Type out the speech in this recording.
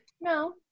No